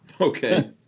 Okay